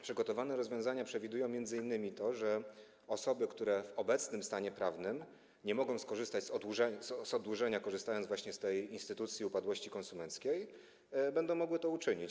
Przygotowane rozwiązania przewidują m.in. to, że osoby, które w obecnym stanie prawnym nie mogą skorzystać z oddłużenia, korzystając z instytucji upadłości konsumenckiej, będą mogły to uczynić.